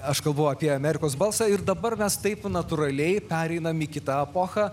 aš kalbu apie amerikos balsą ir dabar mes taip natūraliai pereinam į kitą epochą